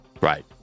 right